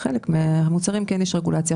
חלק מהמוצרים כן יש רגולציה.